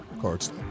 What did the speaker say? cards